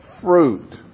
fruit